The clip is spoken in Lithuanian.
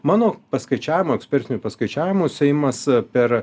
mano paskaičiavimu ekspertiniu paskaičiavimu seimas per